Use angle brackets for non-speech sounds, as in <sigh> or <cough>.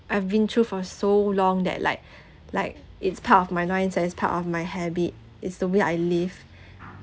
I've been through for so long that like <breath> like it's part of my life and it's part of my habit it's the way I live